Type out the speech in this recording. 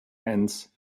ants